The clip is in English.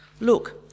Look